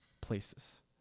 places